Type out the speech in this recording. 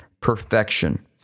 perfection